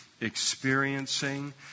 experiencing